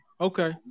Okay